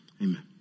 Amen